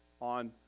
on